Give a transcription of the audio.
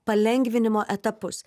palengvinimo etapus